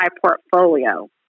portfolio